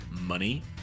money